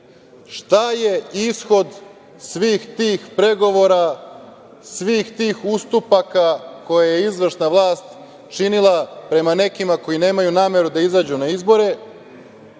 je ishod svih tih pregovora, svih tih ustupaka koje je izvršna vlast činila prema nekima koji nemaju nameru da izađu na izbore?